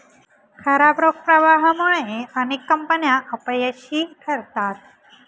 खराब रोख प्रवाहामुळे अनेक कंपन्या अपयशी ठरतात